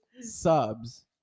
subs